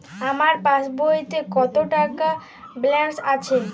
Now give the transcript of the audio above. আমার পাসবইতে কত টাকা ব্যালান্স আছে?